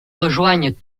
rejoignent